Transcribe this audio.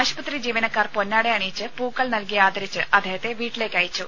ആശുപത്രി ജീവനക്കാർ പൊന്നാട അണിയിച്ച് പൂക്കൾ നൽകി ആദരിച്ച് അദ്ദേഹത്തെ വീട്ടിലേക്കയച്ചു